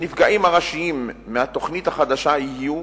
הנפגעים הראשיים מהתוכנית החדשה יהיו